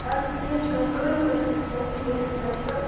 اَدٕ حظ کیٚنٛہہ چھُنہٕ کٔرِو تیٚلہِ تُہۍ صحیٖح تٔمِس سۭتۍ تہٕ